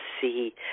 see